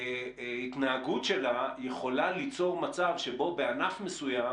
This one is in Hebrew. וההתנהגות שלה יכולה ליצור מצב שבו בענף מסוים